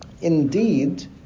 Indeed